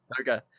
Okay